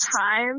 time